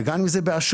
וגם אם זה באשראי,